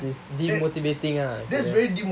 which is demotivating ah